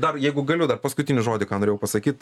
dar jeigu galiu dar paskutinį žodį ką norėjau pasakyt